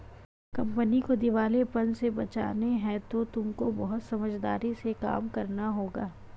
company को दिवालेपन से बचाने हेतु तुमको बहुत समझदारी से काम करना होगा